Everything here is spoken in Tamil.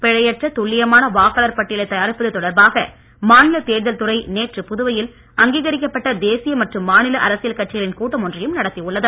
பிழையற்ற துல்லியமான வாக்காளர் பட்டியலைத் தயாரிப்பது தொடர்பாக மாநில தேர்தல் துறை நேற்று புதுவையில் அங்கீகரிக்கப்பட்ட தேசிய மற்றும் மாநில அரசியல் கட்சிகளின் கூட்டம் ஒன்றையும் நடத்தி உள்ளது